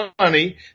money